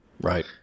Right